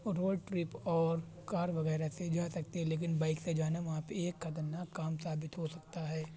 road trip اور car وغیرہ سے جا سکتے ہیں لیکن بائیک سے جانا وہاں پہ ایک خطرناک کام ثابت ہو سکتا ہے